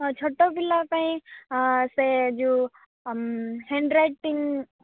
ହଁ ଛୋଟ ପିଲା ପାଇଁ ସେ ଯେଉଁ ହ୍ୟାଣ୍ଡ୍ ରାଇଟିଂ